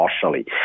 partially